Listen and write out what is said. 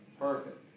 Perfect